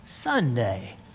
Sunday